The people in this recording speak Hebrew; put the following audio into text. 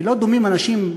כי לא דומים אנשים,